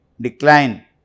decline